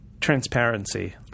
Transparency